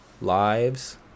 lives